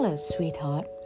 sweetheart